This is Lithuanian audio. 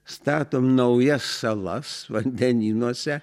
statom naujas salas vandenynuose